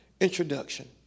Introduction